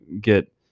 get